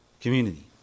community